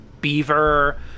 beaver